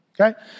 okay